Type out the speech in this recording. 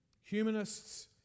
Humanists